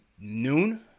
noon